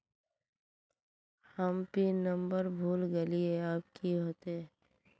हम pin number भूल गलिऐ अब की होते?